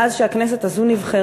מאז נבחרה הכנסת הזאת,